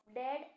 dead